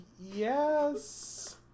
Yes